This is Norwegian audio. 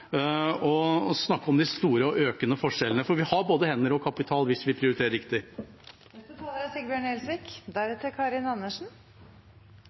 for å snakke om de store og økende forskjellene – for vi har både hender og kapital hvis vi prioriterer